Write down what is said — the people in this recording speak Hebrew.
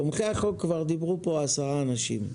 תומכי החוק דיברו פה כבר עשרה אנשים.